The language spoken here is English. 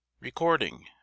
Recording